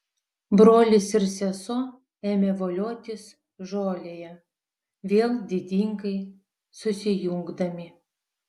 brolis ir sesuo ėmė voliotis žolėje vėl didingai susijungdami